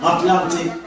Atlantic